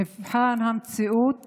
מבחן המציאות